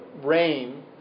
RAIN